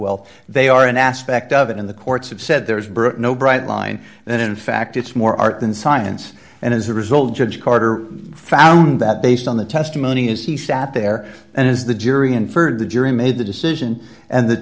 well they are an aspect of it in the courts have said there is no bright line and in fact it's more art than science and as a result judge carter found that based on the testimony as he sat there and as the jury inferred the jury made the decision and th